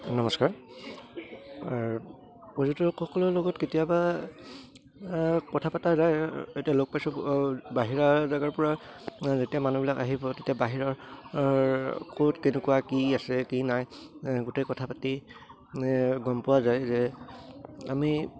নমস্কাৰ পৰ্যটকসকলৰ লগত কেতিয়াবা কথা পতা যায় এতিয়া লগ পাইছোঁ বাহিৰা জেগাৰ পৰা যেতিয়া মানুহবিলাক আহিব তেতিয়া বাহিৰৰ ক'ত কেনেকুৱা কি আছে কি নাই গোটেই কথা পাতি গম পোৱা যায় যে আমি